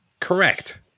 Correct